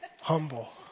humble